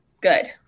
good